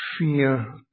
fear